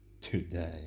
Today